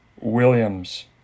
Williams